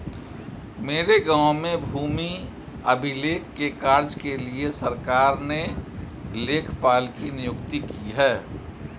मेरे गांव में भूमि अभिलेख के कार्य के लिए सरकार ने लेखपाल की नियुक्ति की है